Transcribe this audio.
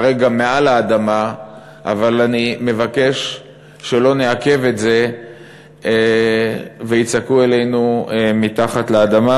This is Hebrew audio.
כרגע מעל האדמה אבל אני מבקש שלא נעכב את זה ויצעקו אלינו מתחת לאדמה.